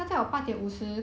ah